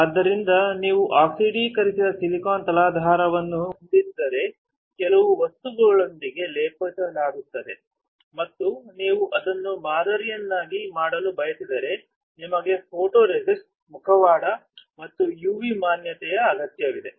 ಆದ್ದರಿಂದ ನೀವು ಆಕ್ಸಿಡೀಕರಿಸಿದ ಸಿಲಿಕಾನ್ ತಲಾಧಾರವನ್ನು ಹೊಂದಿದ್ದರೆ ಕೆಲವು ವಸ್ತುಗಳೊಂದಿಗೆ ಲೇಪಿಸಲಾಗಿದೆ ಮತ್ತು ನೀವು ಅದನ್ನು ಮಾದರಿಯನ್ನಾಗಿ ಮಾಡಲು ಬಯಸಿದರೆ ನಿಮಗೆ ಫೋಟೊರೆಸಿಸ್ಟ್ ಮುಖವಾಡ ಮತ್ತು ಯುವಿ ಮಾನ್ಯತೆ ಅಗತ್ಯವಿದೆ